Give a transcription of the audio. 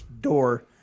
door